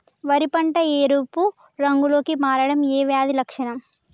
వరి పంట ఎరుపు రంగు లో కి మారడం ఏ వ్యాధి లక్షణం?